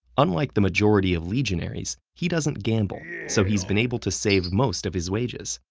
unlike the majority of legionaries, he doesn't gamble, so he's been able to save most of his wages.